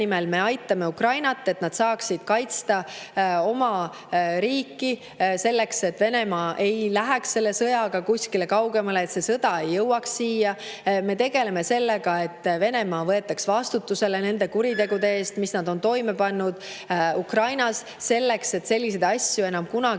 nimel me aitame Ukrainat, et nad saaksid kaitsta oma riiki, selleks et Venemaa ei läheks selle sõjaga kuskile kaugemale, et see sõda ei jõuaks siia. Me tegeleme sellega, et Venemaa võetaks vastutusele nende kuritegude eest, mis nad on toime pannud – selliseid asju ei tohi enam kunagi